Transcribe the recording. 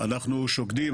אנחנו שוקדים,